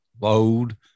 load